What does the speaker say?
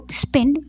spend